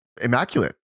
immaculate